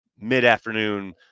mid-afternoon